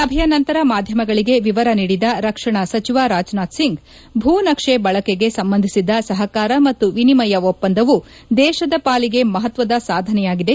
ಸಭೆಯ ನಂತರ ಮಾಧ್ಯಮಗಳಿಗೆ ವಿವರ ನೀಡಿದ ರಕ್ಷಣಾ ಸಚಿವ ರಾಜ್ನಾಥ್ ಸಿಂಗ್ ಭೂನಕ್ಷೆ ಬಳಕೆಗೆ ಸಂಬಂಧಿಸಿದ ಸಹಕಾರ ಮತ್ತು ವಿನಿಮಯ ಒಪ್ಪಂದವು ದೇಶದ ಪಾಲಿಗೆ ಮಪತ್ವದ ಸಾಧನೆಯಾಗಿದೆ